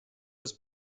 was